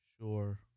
sure